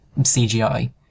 CGI